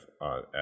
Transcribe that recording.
on